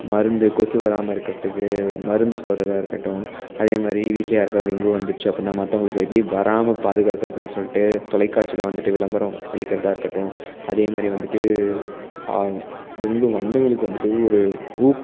மருந்து கொசு வராமல் இருக்கிறதுக்கு மருந்து போடுறதா இருக்கட்டும் அதேமாதிரி வீட்டில யாருக்காது டெங்கு வந்துடுச்சு அப்புடின்னா மற்றவங்களுக்கு எப்படி வராமல் பாதுகாக்கறதுன்னு சொல்லிட்டு தொலைக்காட்சியில் வந்துட்டு விளம்பரம் அளிக்கிறதாக இருக்கட்டும் அதேமாதிரி வந்துட்டு டெங்கு வந்தவங்களுக்கு வந்துட்டு ஒரு ஊக்